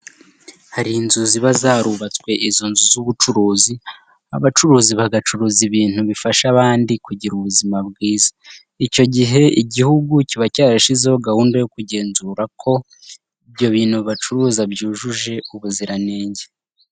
Hari inzu ziba zarubatswe izo nzu z'ubucuruzi, abacuruzi bagacuruza ibintu bifasha abandi kugira ubuzima bwiza. Icyo gihe igihugu kiba cyarashyizeho gahunda yo kugenzura ko ibyo bintu bacuruza byujuje ubuziranenge.